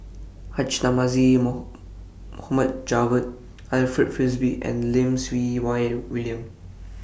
Haji Namazie Mohd Javad Alfred Frisby and Lim Siew Wai William